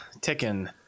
ticking